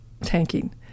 tanking